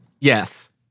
Yes